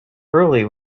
early